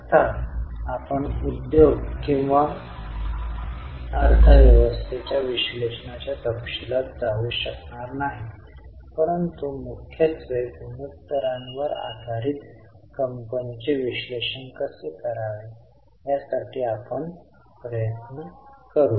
अर्थात आपण उद्योग किंवा अर्थ व्यवस्थेच्या विश्लेषणाच्या तपशीलात जाऊ शकणार नाही परंतु मुख्यत्वे गुणोत्तरांवर आधारित कंपनीचे विश्लेषण कसे करावे यासाठी आपण प्रयत्न करू